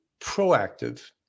proactive